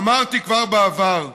אמרתי כבר בעבר שממשלה,